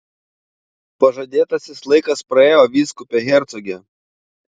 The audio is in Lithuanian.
pažadėtasis laikas praėjo vyskupe hercoge